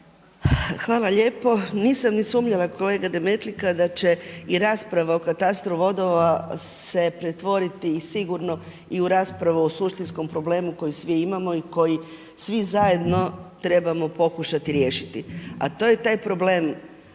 Hvala lijepo. Nisam ni sumnjala kolega Demetlika da će i rasprava o katastru vodova se pretvoriti sigurno i u raspravu o suštinskom problemu koji svi imamo i koji svi zajedno trebamo pokušati riješiti, a to je taj problem